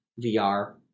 VR